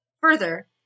Further